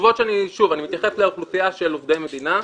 שוב, אני מתייחס לאוכלוסייה של עובדי מדינה.